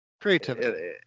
creativity